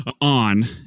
On